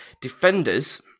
Defenders